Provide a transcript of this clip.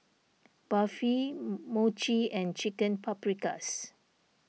Barfi Mochi and Chicken Paprikas